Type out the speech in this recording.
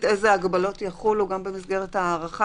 איזה הגבלות יחולו גם במסגרת ההארכה,